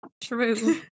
True